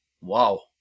Wow